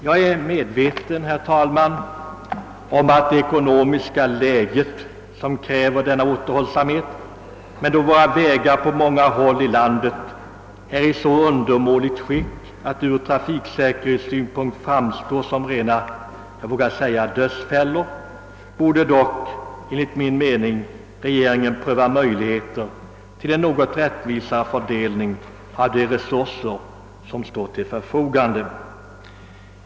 Jag är, herr talman, medveten om att det är det ekonomiska läget som kräver denna återhållsamhet, men då våra vägar på många håll i landet är i så undermåligt skick, att de ur trafiksäkerhetssynpunkt framstår som rena dödsfällor, borde dock enligt min mening regeringen pröva möjligheterna till en något rättvisare fördelning av de resurser som står till förfogande.